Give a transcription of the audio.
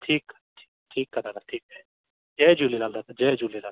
ठीकु आहे ठीकु आहे दादा ठीकु आहे जय झूलेलाल दादा जय झूलेलाल